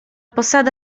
posada